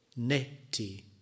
neti